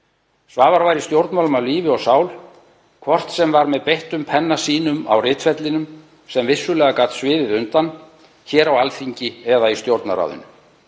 Svavar var í stjórnmálum af lífi og sál hvort sem var með beittum penna sínum á ritvellinum, sem vissulega gat sviðið undan, hér á Alþingi eða í Stjórnarráðinu.